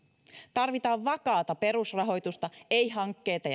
tarvitaan vakaata perusrahoitusta ei hankkeita